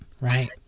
right